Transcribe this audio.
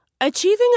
achieving